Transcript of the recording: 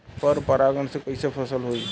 पर परागण से कईसे फसल होई?